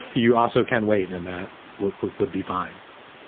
you also can wait in that book book would be fine.